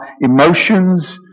emotions